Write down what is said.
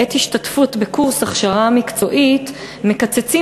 בעת השתתפות בקורס הכשרה מקצועית מקצצים